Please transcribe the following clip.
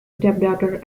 stepdaughter